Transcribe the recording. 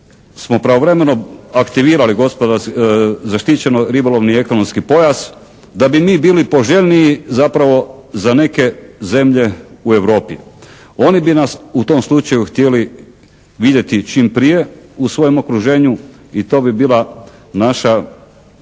smo pravovremeno aktivirali zaštićeno ribolovni ekonomski pojas da bi mi bili poželjniji zapravo za neke zemlje u Europi. Oni bi nas u tom slučaju htjeli vidjeti čim prije u svojem okruženju i to bi bila naša